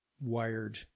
wired